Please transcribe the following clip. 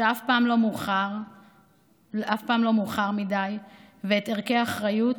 שאף פעם לא מאוחר מדי ואת ערכי האחריות,